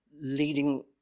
leading